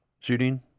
shooting